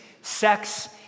Sex